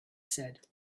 said